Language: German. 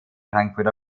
frankfurt